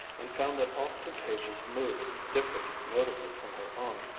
and found that austin page's mood differed notably from her own.